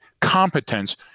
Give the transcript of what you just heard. competence